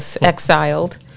exiled